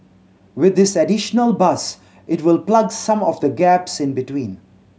with this additional bus it will plug some of the gaps in between